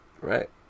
Right